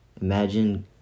imagine